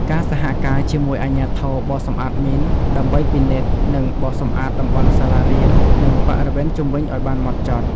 ការសហការជាមួយអាជ្ញាធរបោសសម្អាតមីន ដើម្បីពិនិត្យ និងបោសសម្អាតតំបន់សាលារៀន និងបរិវេណជុំវិញឱ្យបានហ្មត់ចត់។